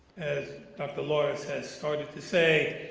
as dr. loris has started to say,